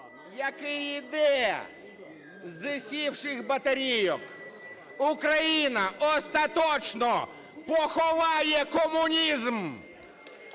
який йде з сівших батарейок. Україна остаточно поховає комунізм.